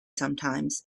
sometimes